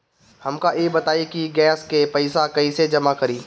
हमका ई बताई कि गैस के पइसा कईसे जमा करी?